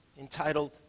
entitled